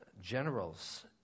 generals